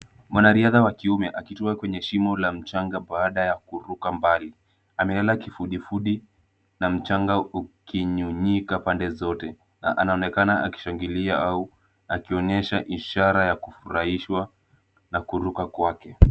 Mwanariadha wa kiume akitua kwenye shimo la mchanga baada ya kuruka mbali. Amelala kifudifudi na mchanga ukinyunyika pande zote. Anaonekana akishangilia au akionyesha ishara ya kufuarahishwa na kuruka kwake.